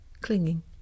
clinging